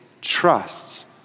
trusts